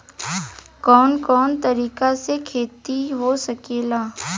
कवन कवन तरीका से खेती हो सकेला